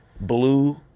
blue